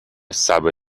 sabe